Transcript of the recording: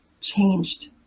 changed